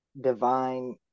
divine